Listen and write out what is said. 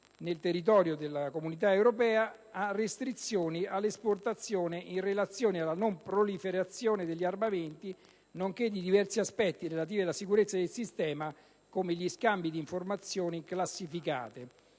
nel territorio della Comunità europea, a restrizioni all'esportazione, in relazione alla non proliferazione degli armamenti, nonché di diversi aspetti relativi alla sicurezza del sistema, come gli scambi di informazioni classificate.